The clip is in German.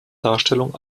darstellung